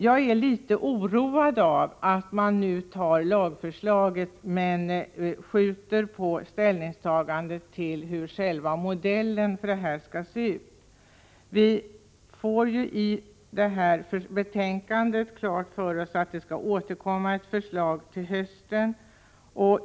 Jag är litet oroad av att man nu accepterar lagförslaget, men skjuter på ställningstagandet till hur själva modellen för detta skall se ut. Betänkandet klargör att det kommer ett förslag till hösten.